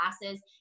classes